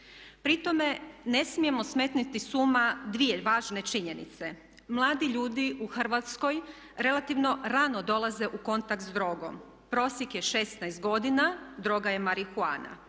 Pri tome ne smijemo smetnuti s uma dvije važne činjenice. Mladi ljudi u Hrvatskoj relativno rano dolaze u kontakt s drogom. Prosjek je 16 godina, droga je marihuana.